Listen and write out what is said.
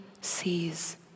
sees